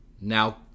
now